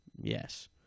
Yes